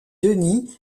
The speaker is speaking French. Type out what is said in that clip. denis